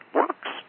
works